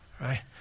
right